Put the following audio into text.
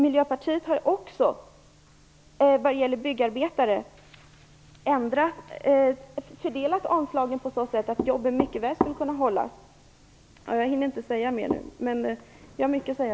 Miljöpartiet har också fördelat anslagen på så sätt att vägarbetarna mycket väl skulle kunna behålla jobben. Jag hinner inte säga mer, men jag har mycket att säga.